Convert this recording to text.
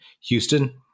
Houston